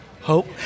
hope